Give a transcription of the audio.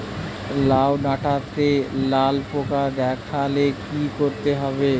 লাউ ডাটাতে লাল পোকা দেখালে কি করতে হবে?